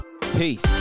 Peace